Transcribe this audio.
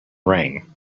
rang